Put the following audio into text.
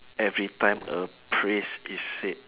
every time a phrase is said